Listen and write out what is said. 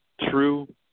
true